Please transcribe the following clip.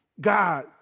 God